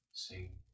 Sing